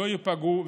לא ייפגעו,